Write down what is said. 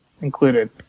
included